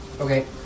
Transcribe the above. Okay